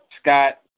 Scott